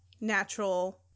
natural